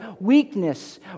weakness